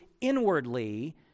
inwardly